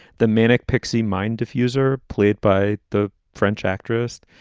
the manic pixie mind diffuser played by the french actress,